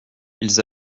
ils